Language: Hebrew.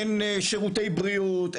אין שירותי בריאות,